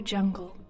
Jungle